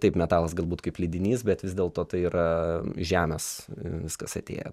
taip metalas galbūt kaip lydinys bet vis dėlto tai yra iš žemės viskas atėję